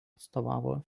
atstovavo